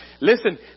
Listen